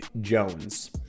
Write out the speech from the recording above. Jones